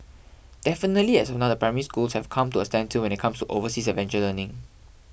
definitely as of now the Primary Schools have come to a standstill when it comes to overseas adventure learning